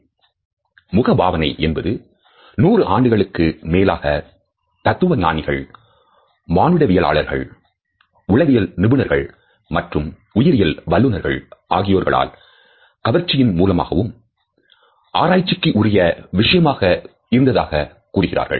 " முகபாவனை என்பது 100 ஆண்டுகளுக்கு மேலாக தத்துவஞானிகள் மானுடவியலாளர்கள் உளவியல் நிபுணர்கள் மற்றும் உயிரியல் வல்லுநர்கள் ஆகியோர்களால் கவர்ச்சியின் மூலமாகவும் ஆராய்ச்சிக்கு உரிய விஷயமாக இருந்ததாக கூறுகிறார்